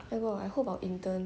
oh god I hope I'll intern